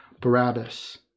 Barabbas